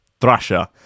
thrasher